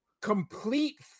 complete